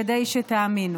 כדי שתאמינו.